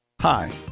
Hi